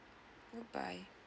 bye bye